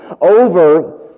over